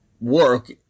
work